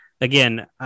again